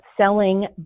selling